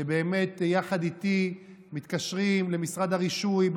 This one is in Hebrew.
שבאמת יחד איתי מתקשרים למשרד הרישוי.